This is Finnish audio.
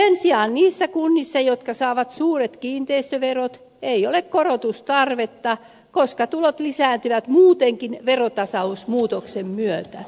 sen sijaan niissä kunnissa jotka saavat suuret kiinteistöverot ei ole korotustarvetta koska tulot lisääntyvät muutenkin verotasausmuutoksen myötä